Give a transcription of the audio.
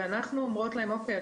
אנחנו אומרות להם אוקי,